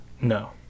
No